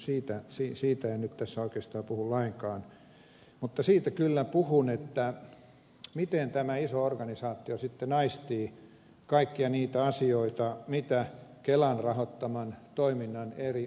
siitä en nyt tässä oikeastaan puhu lainkaan mutta siitä kyllä puhun että miten tämä iso organisaatio sitten aistii kaikkia niitä asioita mitä kelan rahoittaman toiminnan eri osasektoreilla tapahtuu